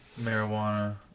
marijuana